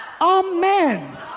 amen